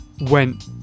went